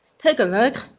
take a look,